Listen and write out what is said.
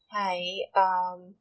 hi um